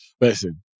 Listen